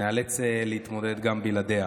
ניאלץ להתמודד גם בלעדיה.